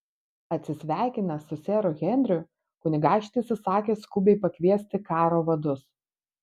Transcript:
atsisveikinęs su seru henriu kunigaikštis įsakė skubiai pakviesti karo vadus